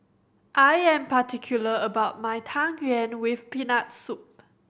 I am particular about my Tang Yuen with Peanut Soup